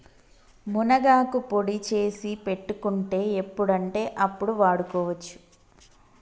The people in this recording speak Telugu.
మునగాకు పొడి చేసి పెట్టుకుంటే ఎప్పుడంటే అప్పడు వాడుకోవచ్చు